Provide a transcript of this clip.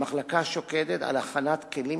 המחלקה שוקדת על הכנת כלים